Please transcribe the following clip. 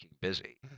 busy